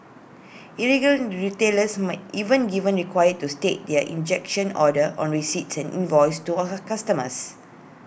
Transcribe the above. retailers might even given required to state their injunction order on receipts and invoices to customers